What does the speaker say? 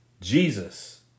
Jesus